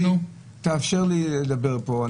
תאפשר לי לדבר פה.